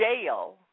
jail